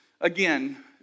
again